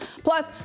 Plus